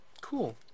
cool